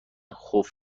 خوف